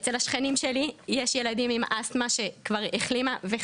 אצל השכנים שלי יש ילדים עם אסתמה שכבר החלימה וחזרה.